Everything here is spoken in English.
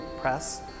press